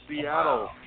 Seattle